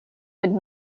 would